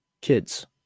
Kids